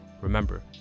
Remember